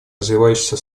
развивающиеся